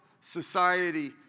society